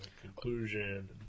conclusion